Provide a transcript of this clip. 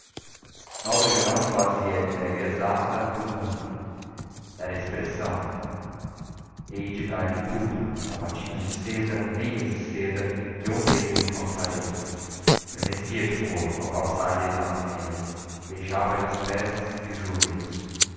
mundo nóbrega não fazia ideia exata do mundo era uma expressão hei de dar-lhe tudo sapatinhos de seda meias de seda que eu mesmo lhe calçarei estremecia de cor ao calçar lhe as meias beijava-lhe os pés e os joelhos